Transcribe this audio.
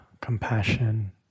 compassion